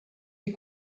des